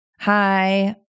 Hi